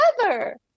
together